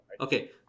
Okay